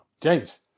James